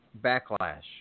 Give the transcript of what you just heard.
backlash